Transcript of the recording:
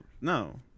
no